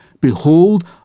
Behold